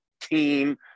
team